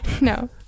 No